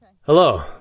Hello